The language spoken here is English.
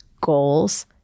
goals